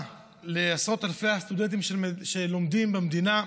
לעשרות אלפי הסטודנטים שלומדים במדינה,